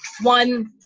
one